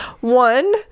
one